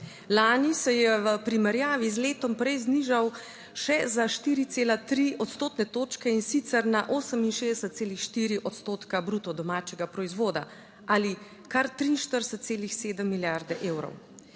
Lani se je v primerjavi z letom prej znižal še za 4,3 odstotne točke, in sicer na 68,4 odstotka bruto domačega proizvoda ali kar 43,7 milijarde evrov.